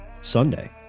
Sunday